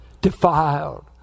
defiled